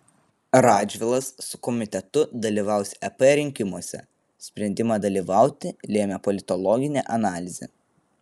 radžvilas su komitetu dalyvaus ep rinkimuose sprendimą dalyvauti lėmė politologinė analizė